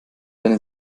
deine